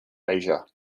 asia